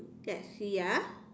let's see ah